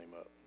up